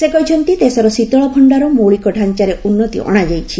ସେ କହିଛନ୍ତି ଦେଶର ଶୀତଳ ଭଣ୍ଡାର ମୌଳିକ ଢାଞ୍ଚାରେ ଉନ୍ନତି ଅଣାଯାଇଛି